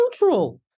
neutral